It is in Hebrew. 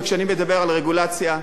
כשאני מדבר על רגולציה,